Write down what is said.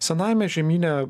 senajame žemyne